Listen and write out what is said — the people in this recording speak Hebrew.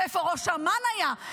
ואיפה ראש אמ"ן היה,